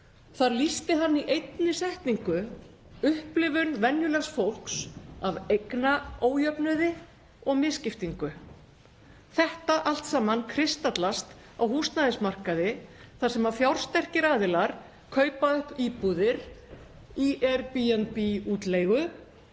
Þar lýsti hann í einni setningu upplifun venjulegs fólks af eignaójöfnuði og misskiptingu. Þetta allt saman kristallast á húsnæðismarkaði þar sem fjársterkir aðilar kaupa upp íbúðir í Airbnb-útleigu